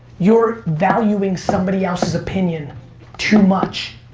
you're valuing somebody else's opinion too much.